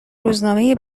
روزنامه